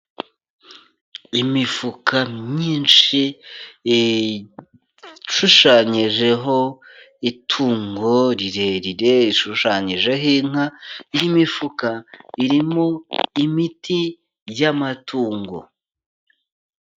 Imifuka myinshi ishushanyijeho itungo rirerire, ishushanyijeho inka. Iyi mifuka irimo imiti y'amatungo.